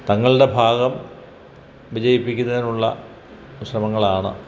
തങ്ങളുടെ ഭാഗം വിജയിപ്പിക്കുന്നതിനുള്ള ശ്രമങ്ങളാണ്